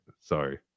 Sorry